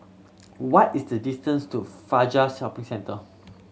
what is the distance to Fajar Shopping Centre